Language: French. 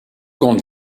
grande